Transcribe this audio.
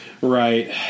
Right